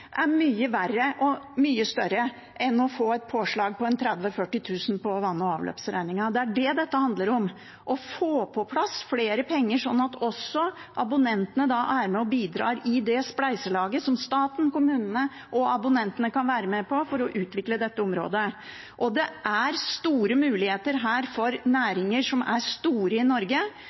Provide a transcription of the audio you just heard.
er mye verre og mye større enn å få et påslag på 30–40 000 kr på vann- og avløpsregningen. Det er det dette handler om – å få på plass flere penger sånn at også abonnentene er med og bidrar i det spleiselaget som staten, kommunene og abonnentene kan være med på for å utvikle dette området. Det er store muligheter her for næringer som er store i Norge,